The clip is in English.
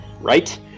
Right